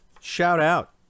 Shout-out